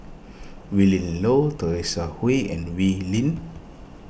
Willin Low Teresa Hsu and Wee Lin